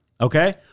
okay